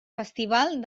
festival